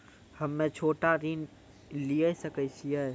हम्मे छोटा ऋण लिये सकय छियै?